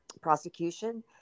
prosecution